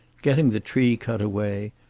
getting the tree cut away,